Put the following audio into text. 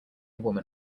woman